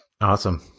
Awesome